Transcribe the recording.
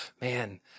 man